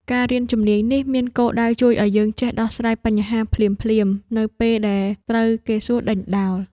ការរៀនជំនាញនេះមានគោលដៅជួយឱ្យយើងចេះដោះស្រាយបញ្ហាភ្លាមៗ នៅពេលដែលត្រូវគេសួរដេញដោល។